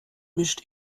mischt